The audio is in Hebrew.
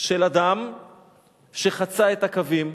של אדם שחצה את הקווים,